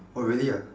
oh really ah